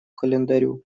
календарю